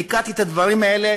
ליקטתי את הדברים האלה